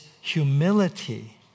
humility